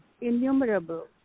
innumerable